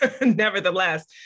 nevertheless